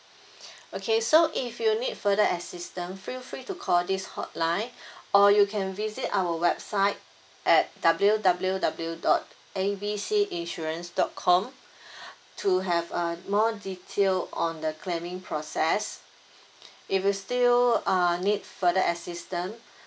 okay so if you need further assistance feel free to call this hotline or you can visit our website at W W W dot A B C insurance dot com to have uh more detail on the claiming process if you still uh need further assistance